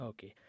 Okay